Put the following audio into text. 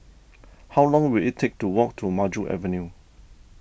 how long will it take to walk to Maju Avenue